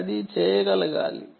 అది చేయగలగాలి